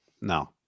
No